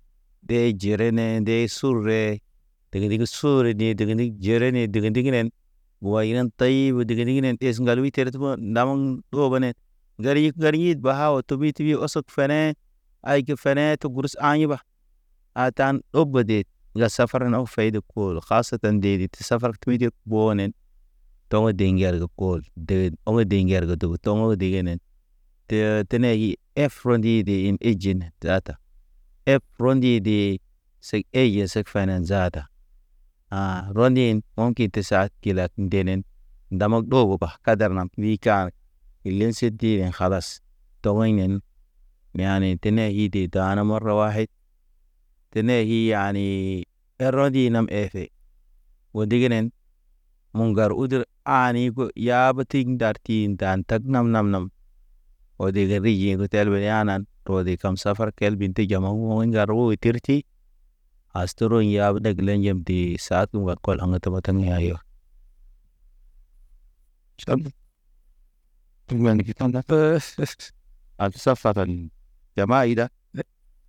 De jirene nde de sur re, re dege dege sure degeniŋ jere ni dege ndiginen. Wayen tay be degi ndiginen es ŋgal wuy terte ɓan. Nawun ɓogene ŋgerhig ŋgerhid ba oto tubit tuyo ɔsɔt fene. Ayge fene te gurs ayɓa, a tan obode, ŋga safara na ofed. Pey de kul hased, te ndirid safar kwuydok bonen. Tɔg nde ŋgel kɔl ded, aw de ŋger de tɔŋ degenen te tene hi ef ro̰ ndi de ejin zaata, ef ro̰ ndi de, sek ey sek fana zaata. Ha̰ rondin mo̰ kite sa kila ndenen ndamok ɗooɓa kadar nam wi kar ilin sedi kalas. Tɔwɔɲ nen neya ne tene i de dane marwayd, tene yi yani. Er rodi na efe, o ndignen mo̰ ŋgar udu ani yab ti ndar ti nda tag nam- nam. O dege riye go telbe anan rode kam safar kelbe tejam ma u ŋgar u terti as tro i yaw ɗeg lejem de saa tu wa. Kɔl aŋ teba teŋe a yɔ, te mand ki tanda fe, pe sees al safadan